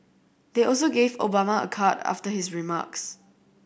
they also gave Obama a card after his remarks